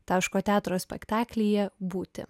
taško teatro spektaklyje būti